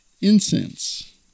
incense